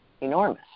enormous